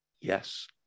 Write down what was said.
Yes